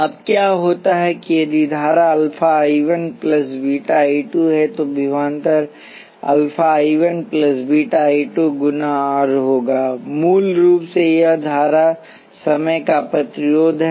अब क्या होता है यदिधारा अल्फा I 1 बीटा I 2 है तो विभवांतर अल्फा I 1 बीटा I 2 गुना R होगा मूल रूप से यह धारा समय का प्रतिरोध है